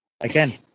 again